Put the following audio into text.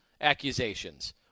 accusations